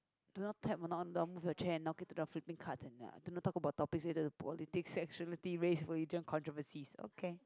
do not tap on~ do not move your chair or knock do not talk about topics related to politics sexuality race religion controversies okay